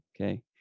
Okay